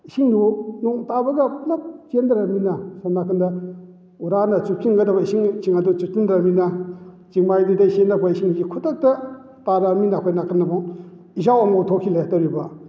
ꯏꯁꯤꯡꯗꯨ ꯅꯣꯡ ꯇꯥꯕꯒ ꯄꯨꯂꯞ ꯆꯦꯟꯊꯔꯕꯅꯤꯅ ꯑꯁꯣꯝ ꯅꯥꯀꯟꯗ ꯎꯔꯥꯅ ꯆꯨꯞꯁꯤꯟꯒꯗꯕ ꯏꯁꯤꯡꯁꯤꯡ ꯑꯗꯨ ꯆꯨꯞꯁꯤꯟꯗ꯭ꯔꯕꯅꯤꯅ ꯆꯤꯡꯃꯥꯏꯗꯨꯗꯒꯤ ꯆꯦꯟꯠꯔꯛꯄ ꯏꯁꯤꯡꯁꯤ ꯈꯨꯗꯛꯇ ꯇꯥꯔꯛꯑꯕꯅꯤꯅ ꯑꯩꯈꯣꯏ ꯅꯥꯀꯟꯗ ꯑꯃꯨꯛ ꯏꯆꯥꯎ ꯑꯃꯨꯛ ꯊꯣꯛꯆꯤꯜꯂꯦ ꯇꯧꯔꯤꯕ